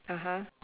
(uh huh)